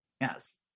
Yes